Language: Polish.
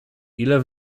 ile